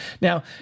Now